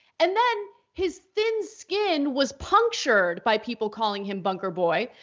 and then his thin skin was punctured by people calling him bunker boy.